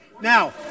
Now